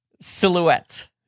silhouette